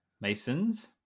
Mason's